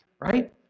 right